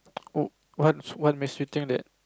oh what's what makes you think that